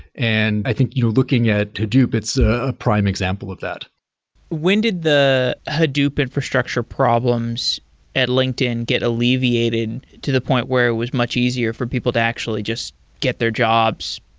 and i think you know looking at hadoop, it's a prime example of that when did the hadoop infrastructure problems at linkedin get alleviated to the point where it was much easier for people to actually just get their jobs,